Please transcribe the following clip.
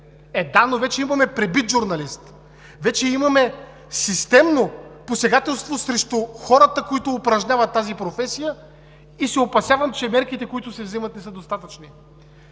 Е, да, ама вече имаме пребит журналист! Вече имаме системно посегателство срещу хората, които упражняват тази професия и се опасявам, че мерките, които се вземат, не са достатъчни.